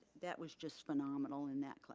that was just phenomenal in that.